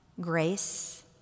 grace